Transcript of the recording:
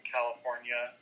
California